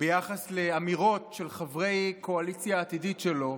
ביחס לאמירות של חברי קואליציה עתידית שלו,